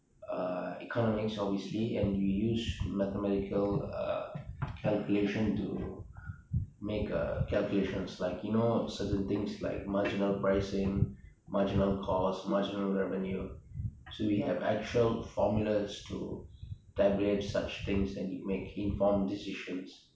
uh economics obviously and we use uh mathematical calculation to uh make uh calculations like you know certain things like uh marginal pricing marginal cost marginal revenue so we have actual formulas to tabulate such things and make informed decisions